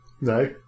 No